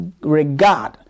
regard